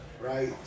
right